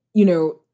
you know,